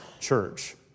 church